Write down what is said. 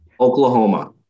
Oklahoma